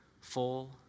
full